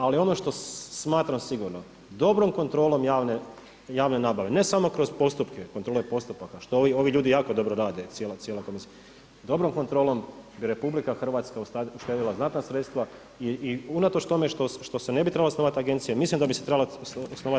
Ali ono što smatram sigurno, dobrom kontrolom javne nabave ne samo kroz kontrole postupaka što ovi ljudi jako dobro rade, cijela komisija, dobro kontrolom bi RH uštedila znatna sredstva i unatoč tome što se ne bi trebali osnovati agencija mislim da bi se trebala osnovati